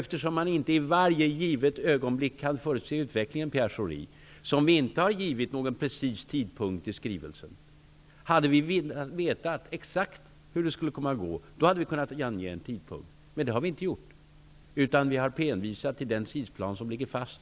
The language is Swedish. Eftersom man inte i varje givet ögonblick, Pierre Schori, kan förutse utvecklingen har vi i skrivelsen inte angivit någon precis tidpunkt. Om vi hade vetat exakt hur det skulle komma att gå hade vi kunnat ange en tidpunkt. Men det har vi inte gjort, utan vi har hänvisat till den tidsplan som ligger fast.